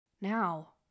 Now